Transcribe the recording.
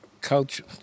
culture